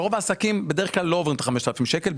רוב העסקים בדרך כלל לא עוברים את ה-5,000 שקלים.